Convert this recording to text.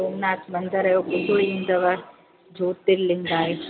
सोमनाथ मंदरु ॿुधो ई हूंदव ज्योतिर्लिंग आहे